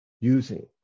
using